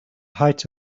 height